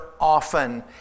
often